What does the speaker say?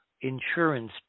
insurance